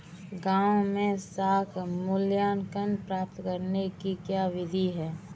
गाँवों में साख मूल्यांकन प्राप्त करने की क्या विधि है?